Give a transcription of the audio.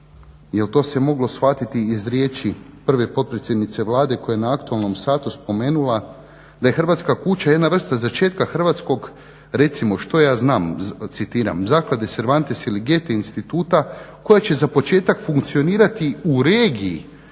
jel to se moglo shvatiti iz riječi prve potpredsjednice Vlade koja je na aktualnom satu spomenula da je "Hrvatska kuća" jedna vrsta začetka hrvatskog, recimo što ja znam "Zaklade Cervantes ili Gete instituta koja će za početak funkcionirati u regiji